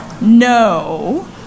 No